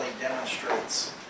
demonstrates